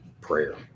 prayer